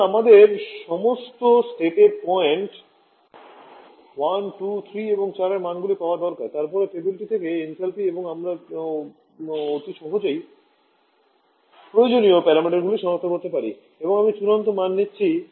সুতরাং আমাদের সমস্ত স্টেটের পয়েন্ট 1 2 3 এবং 4 এর মানগুলি পাওয়া দরকার তারপরে টেবিলটি থেকে এনথ্যালপি এবং তারপরে আপনি সহজেই প্রয়োজনীয় প্যারামিটারগুলি সনাক্ত করতে পারেন এবং আমি চূড়ান্ত মান দিচ্ছি